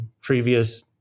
previous